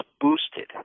boosted